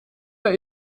der